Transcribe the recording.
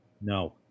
No